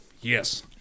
Yes